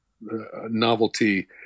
novelty